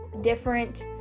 different